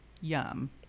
Yum